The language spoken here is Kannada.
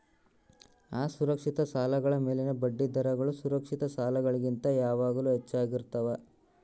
ಅಸುರಕ್ಷಿತ ಸಾಲಗಳ ಮೇಲಿನ ಬಡ್ಡಿದರಗಳು ಸುರಕ್ಷಿತ ಸಾಲಗಳಿಗಿಂತ ಯಾವಾಗಲೂ ಹೆಚ್ಚಾಗಿರ್ತವ